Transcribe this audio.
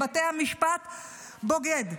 בתי המשפט בוגדים.